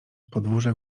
podwórze